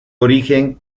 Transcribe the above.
origen